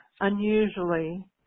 unusually